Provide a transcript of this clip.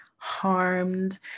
Harmed